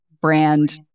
brand